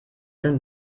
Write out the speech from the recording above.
sind